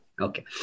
Okay